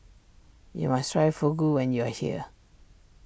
you must try Fugu when you are here